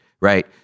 right